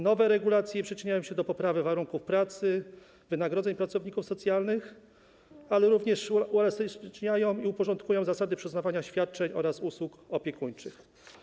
Nowe regulacje przyczyniają się do poprawy warunków pracy, wynagrodzeń pracowników socjalnych, ale również uelastyczniają i uporządkują zasady przyznawania świadczeń oraz usług opiekuńczych.